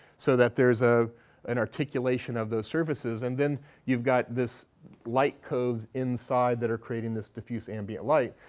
so that there is ah an articulation of those surfaces. and then you've got this light coves inside that are creating this diffuse ambient light.